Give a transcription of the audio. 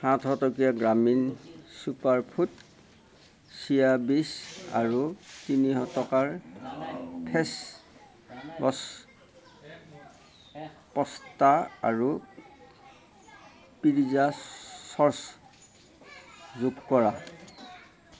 সাতশ টকীয়া গ্ৰামীন চুপাৰফুড চিয়া বীজ আৰু তিনিশ টকাৰ ফেচবছ পস্তা আৰু পিৰজা চচ যোগ কৰা